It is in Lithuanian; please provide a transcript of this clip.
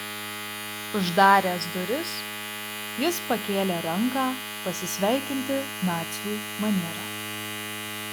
uždaręs duris jis pakėlė ranką pasisveikinti nacių maniera